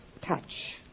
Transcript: touch